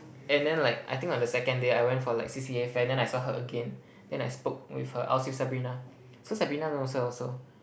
and then like I think on the second day I went for like C_C_A fair then I saw her again then I spoke with her I was with Sabrina so Sabrina knows her also